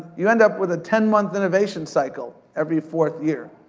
you end up with a ten month innovation cycle, every fourth year.